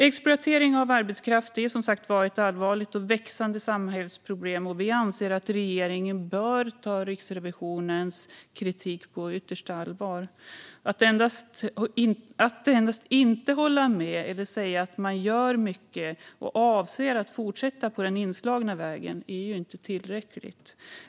Exploatering av arbetskraft är som sagt ett allvarligt och växande samhällsproblem, och vi anser att regeringen bör ta Riksrevisionens kritik på yttersta allvar. Att endast inte hålla med eller säga att man gör mycket och avser att fortsätta på den inslagna vägen är inte tillräckligt.